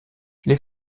les